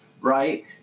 right